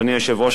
אדוני היושב-ראש,